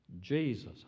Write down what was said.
Jesus